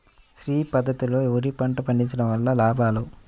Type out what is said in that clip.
శ్రీ పద్ధతిలో వరి పంట పండించడం వలన లాభాలు?